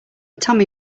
tommy